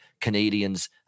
Canadians